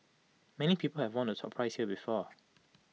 many people have won the top prize here before